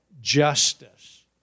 justice